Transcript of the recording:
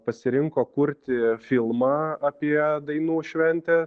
pasirinko kurti filmą apie dainų šventę